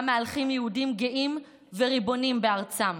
מהלכים יהודים גאים וריבונים בארצם,